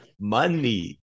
Money